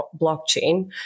blockchain